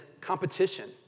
competition